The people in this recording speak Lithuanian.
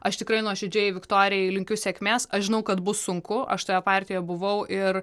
aš tikrai nuoširdžiai viktorijai linkiu sėkmės aš žinau kad bus sunku aš toje partijoje buvau ir